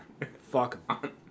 fuck